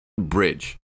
bridge